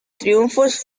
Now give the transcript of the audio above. triunfos